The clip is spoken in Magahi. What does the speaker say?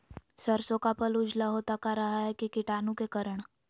सरसो का पल उजला होता का रहा है की कीटाणु के करण?